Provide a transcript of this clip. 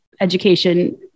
education